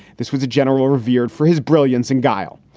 this was a general revered for his brilliance and guile.